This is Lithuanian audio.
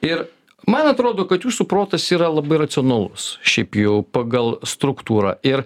ir man atrodo kad jūsų protas yra labai racionalus šiaip jau pagal struktūrą ir